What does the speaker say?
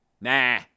Nah